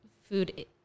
food